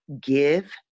give